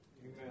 Amen